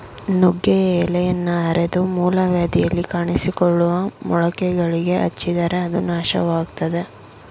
ನುಗ್ಗೆಯ ಎಲೆಯನ್ನ ಅರೆದು ಮೂಲವ್ಯಾಧಿಯಲ್ಲಿ ಕಾಣಿಸಿಕೊಳ್ಳುವ ಮೊಳಕೆಗಳಿಗೆ ಹಚ್ಚಿದರೆ ಅದು ನಾಶವಾಗ್ತದೆ